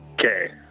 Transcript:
Okay